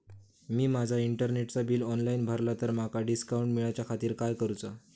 मी माजा इंटरनेटचा bill online भरला तर माका डिस्काउंट मिलाच्या खातीर काय करुचा?